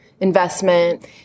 investment